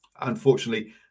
Unfortunately